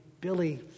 Billy